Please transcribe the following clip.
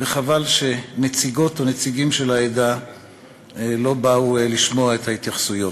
אך חבל שנציגות או נציגים של העדה לא באו לשמוע את ההתייחסויות.